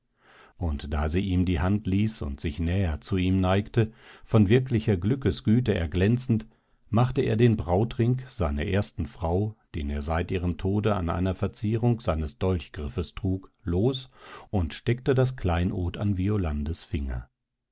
und da sie ihm die hand ließ und sich näher zu ihm neigte von wirklicher glückesgüte erglänzend machte er den brautring seiner ersten frau den er seit ihrem tode an einer verzierung seines dolchgriffes trug los und steckte das kleinod an